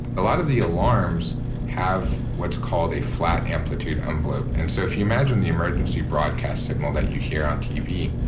a lot of the alarms have what's called a flat amplitude envelope, and so if you imagine the emergency broadcast signal that you hear on tv